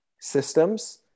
systems